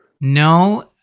No